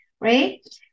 right